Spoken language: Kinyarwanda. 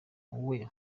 wowe